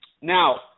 Now